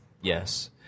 Yes